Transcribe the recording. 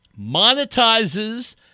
monetizes